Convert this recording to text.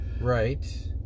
Right